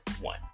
One